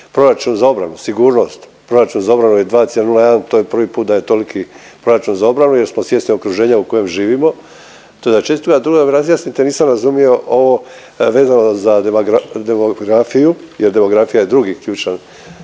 proračun za obranu, sigurnost, proračun za obranu je 2,01 to je prvi put da je toliki proračun za obranu jer smo svjesni okruženja u kojem živimo …/Govornik se ne razumije./… A drugo da mi razjasnite nisam razumio ovo vezano za demografiju jer demografija je drugi ključan